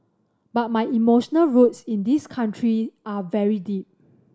but my emotional roots in this country are very deep